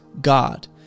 God